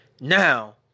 now